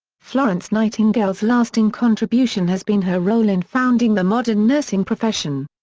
florence nightingale's lasting contribution has been her role in founding the modern nursing profession.